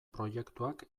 proiektuak